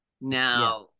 Now